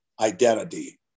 identity